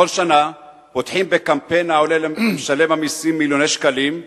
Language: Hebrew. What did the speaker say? בכל שנה פותחים בקמפיין העולה למשלם המסים מיליוני שקלים,